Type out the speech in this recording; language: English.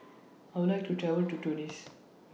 I Would like to travel to Tunis